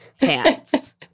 pants